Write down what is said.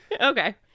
okay